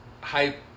hype